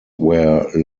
where